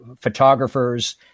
photographers